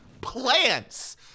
plants